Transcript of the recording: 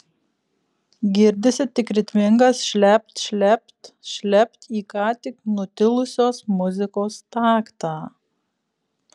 girdisi tik ritmingas šlept šlept šlept į ką tik nutilusios muzikos taktą